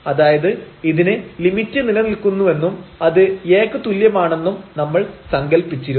അതായത് ഇതിന് ലിമിറ്റ് നിലനിൽക്കുന്നുവെന്നും അത് A ക്ക് തുല്യമാണെന്നും നമ്മൾ സങ്കൽപ്പിച്ചിരുന്നു